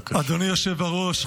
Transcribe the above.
אדוני היושב-ראש,